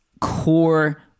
core